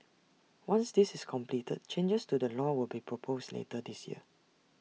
once this is completed changes to the law will be proposed later this year